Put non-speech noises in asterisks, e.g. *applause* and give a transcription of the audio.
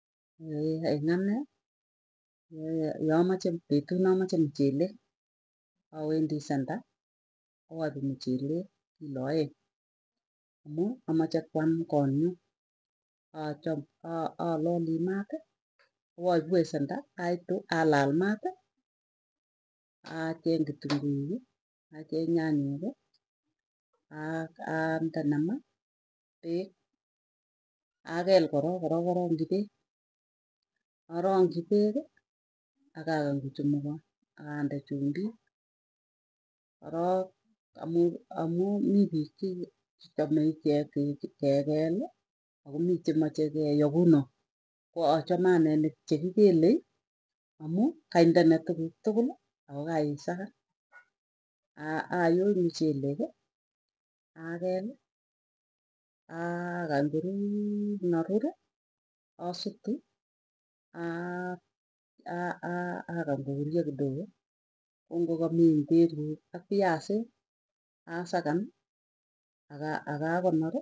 *hesitation* en ane yamache petu namache mchelek awendi centre awaipu mchelek kilo aeng, amu amache kwam konyuu, acham alalii maati awoipu eng centre aitu alal maati, acheng kitungiuki acheng nyanyeki ak andene maa peek. Apel korok, korok arangchi peek arangchi peeki agagany kochamugon akande chumbik, korok amu mii piik chi chechamei ichek kepeli akomii chechame keyoo kunoe ko achame anee chekipelei amuu kaindene tuguktukuli ako kaisakan. Ayoi mcheleki akel akany korur naruri asutu *hesitation* akany kourio kidogo kongokamii pmberek ak piasik asakan akakonori.